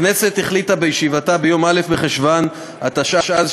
הכנסת החליטה בישיבתה ביום א' בחשוון התשע"ז,